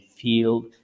field